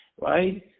right